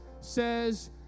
says